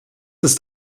ist